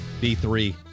b3